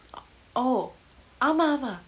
oh ஆமா ஆமா:aama aama